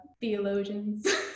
theologians